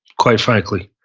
quite frankly.